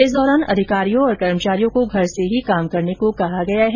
इस दौरान अधिकारियों और कर्मचारियों को घर से ही काम करने को कहा गया है